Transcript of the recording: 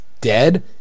dead